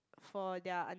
for their